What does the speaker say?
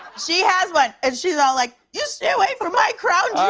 she has one. and she's all like, you stay away from my crown